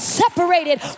separated